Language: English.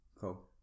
Cool